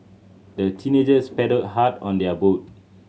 the teenagers paddled hard on their boat